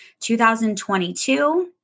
2022